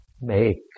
make